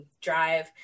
drive